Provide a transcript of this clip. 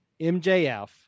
MJF